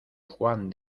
juan